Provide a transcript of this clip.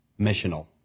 missional